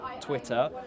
Twitter